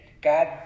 God